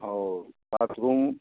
और बाथरूम